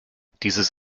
dieses